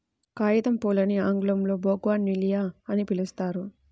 కాగితంపూలని ఆంగ్లంలో బోగాన్విల్లియ అని పిలుస్తారు